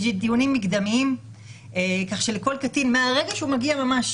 יש דיונים מקדמים כך שלכל קטין מהרגע שהוא מגיע ממש